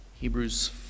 Hebrews